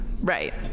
Right